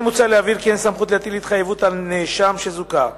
כן מוצע להבהיר כי אין סמכות להטיל התחייבות על נאשם שזוכה.